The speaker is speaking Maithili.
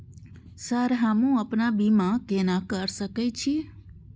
सर हमू अपना बीमा केना कर सके छी?